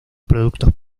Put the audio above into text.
productos